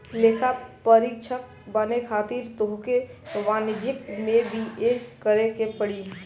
लेखापरीक्षक बने खातिर तोहके वाणिज्यि में बी.ए करेके पड़ी